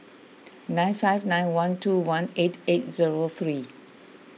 nine five nine one two one eight eight zero three